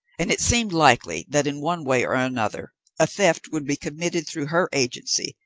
and it seemed likely that in one way or another a theft would be committed through her agency,